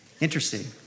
Interesting